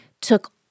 took